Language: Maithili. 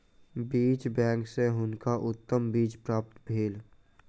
बीज बैंक सॅ हुनका उत्तम बीज प्राप्त भेल